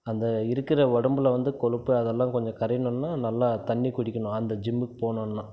அந்த இருக்கிற உடம்பில் வந்து கொழுப்பு அதெல்லாம் கொஞ்சம் கரையணுன்னால் நல்லா தண்ணி குடிக்கணும் அந்த ஜிம்முக்கு போகணுன்னா